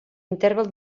interval